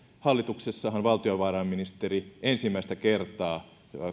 hallituksessahan valtiovarainministeri ensimmäistä kertaa